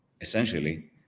Essentially